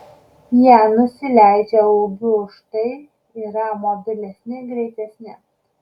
jie nusileidžia ūgiu užtai yra mobilesni greitesni